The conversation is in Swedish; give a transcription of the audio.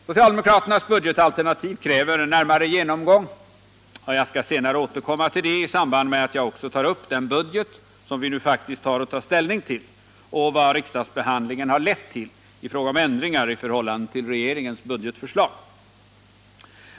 Socialdemokraternas budgetalternativ kräver en närmare genomgång, och jag skall senare återkomma till det i samband med att jag också tar upp den budget som vi nu faktiskt har att ta ställning till och vad riksdagsbehandlingen har lett till i fråga om ändringar i förhållande till regeringens budgetförslag.